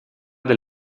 del